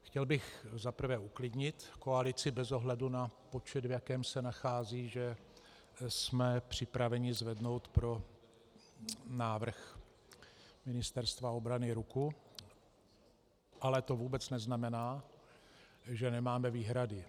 Chtěl bych za prvé uklidnit koalici bez ohledu na počet, v jakém se nachází, že jsme připraveni zvednout pro návrh Ministerstva obrany ruku, ale to vůbec neznamená, že nemáme výhrady.